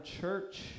church